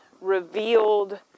revealed